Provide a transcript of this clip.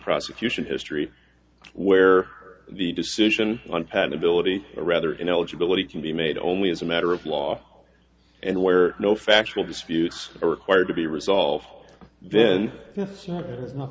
prosecution history where the decision on patentability rather ineligibility can be made only as a matter of law and where no factual disputes are required to be resolved then